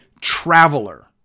traveler